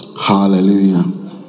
hallelujah